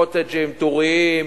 קוטג'ים טוריים,